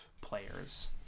players